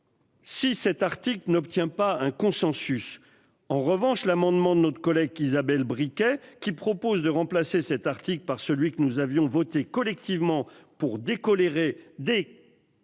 Si cet article n'obtient pas un consensus. En revanche, l'amendement de notre collègue qu'Isabelle briquet qui propose de remplacer cet article par celui que nous avions voté collectivement pour décoléré des.